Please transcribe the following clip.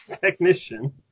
technician